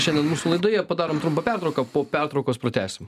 šiandien mūsų laidoje padarom trumpą pertrauką po pertraukos pratęsim